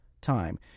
time